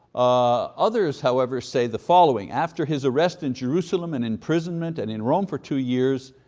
ah others, however, say the following after his arrest in jerusalem and imprisonment and in rome for two years,